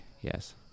yes